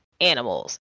animals